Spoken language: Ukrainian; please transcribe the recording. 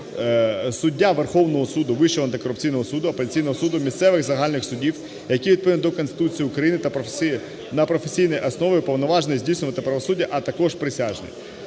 суддя Верховного Суду, Вищого антикорупційного суду, апеляційного суду, місцевих загальних судів, які відповідно до Конституції України на професійній основі уповноважені здійснювати правосуддя, а також присяжні".